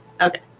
Okay